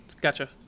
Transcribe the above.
Gotcha